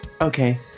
Okay